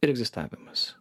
ir egzistavimas